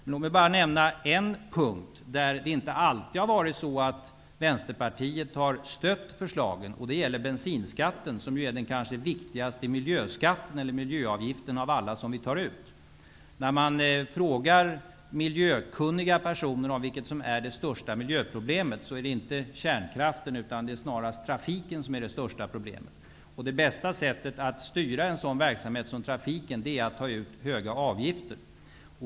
Låt mig nämna en punkt på vilken Vänsterpartiet inte alltid har stött våra förslag, nämligen när det gäller frågan om bensinskatten, som är den kanske allra viktigaste miljöavgift som tas ut. När man frågar miljökunniga personer vilket det största miljöproblemet är, svarar man inte kärnkraften utan snarare trafiken. Det bästa sättet att styra trafiken är genom att ta ut höga avgifter.